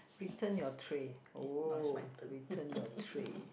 return your tray oh return your tray